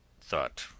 thought